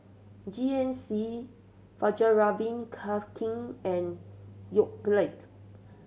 G N C Fjallraven Kanken and Yoplait